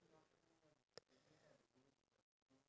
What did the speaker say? ya but we need to know where to get it